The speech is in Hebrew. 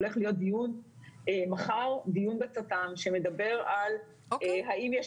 הולך מחר להיות דיון בצט"ם שמדבר על האם יש